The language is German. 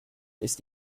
ist